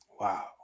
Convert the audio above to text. Wow